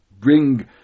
bring